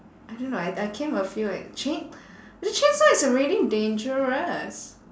I don't know I I came a few like chain~ the chainsaw is already dangerous